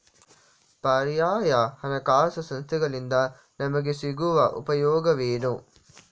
ಪರ್ಯಾಯ ಹಣಕಾಸು ಸಂಸ್ಥೆಗಳಿಂದ ನಮಗೆ ಸಿಗುವ ಉಪಯೋಗವೇನು?